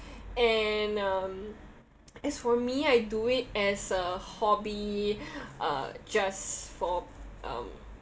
and um as for me I do it as a hobby uh just for um